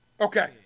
Okay